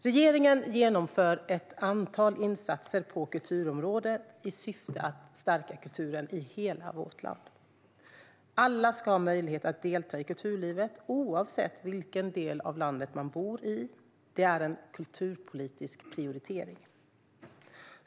Regeringen genomför ett antal insatser på kulturområdet i syfte att stärka kulturen i hela vårt land. Att alla ska ha möjlighet att delta i kulturlivet, oavsett vilken del av landet man bor i, är en kulturpolitisk prioritering.